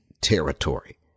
territory